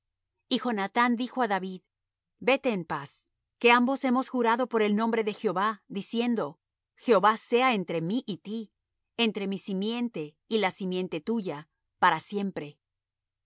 y jonathán dijo á david vete en paz que ambos hemos jurado por el nombre de jehová diciendo jehová sea entre mí y ti entre mi simiente y la simiente tuya para siempre